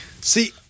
See